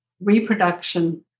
reproduction